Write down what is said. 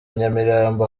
nyamirambo